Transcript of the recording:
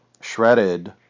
shredded